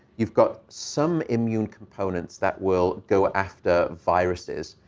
you've got some immune components that will go after viruses.